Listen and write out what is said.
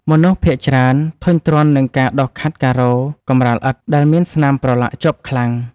មនុស្សភាគច្រើនធុញទ្រាន់នឹងការដុសខាត់ការ៉ូកម្រាលឥដ្ឋ ដែលមានស្នាមប្រឡាក់ជាប់ខ្លាំង។